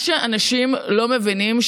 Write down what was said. מה שאנשים לא מבינים,